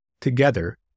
together